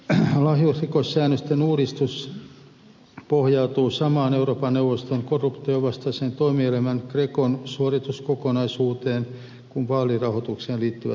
lahjusrikossäännösten uudistus pohjautuu samaan euroopan neuvoston korruptionvastaisen toimielimen grecon suorituskokonaisuuteen kuin vaalirahoitukseen liittyvät muutosesitykset